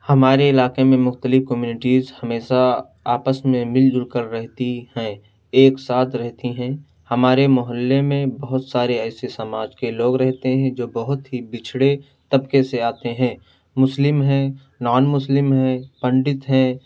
ہمارے علاقے میں مختلف کمیونٹیز ہمیشہ آپس میں مل جل کر رہتی ہیں ایک ساتھ رہتی ہیں ہمارے محلے میں بہت سارے ایسے سماج کے لوگ رہتے ہیں جو بہت ہی بچھڑے طبقے سے آتے ہیں مسلم ہیں نان مسلم ہیں پنڈت ہیں